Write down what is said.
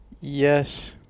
Yes